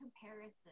comparison